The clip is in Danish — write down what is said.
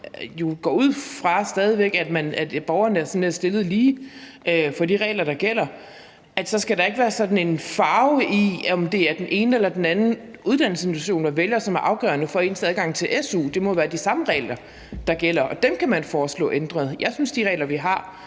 går ud fra, at borgerne er stillet lige i forhold til de regler, der gælder, skal der ikke være sådan en farve i, om det er den ene eller den anden uddannelsesinstitution, man vælger, og som er afgørende for ens adgang til su. Det må være de samme regler, der gælder, og dem kan man foreslå ændret. Jeg synes, de regler, vi har,